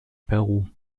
peru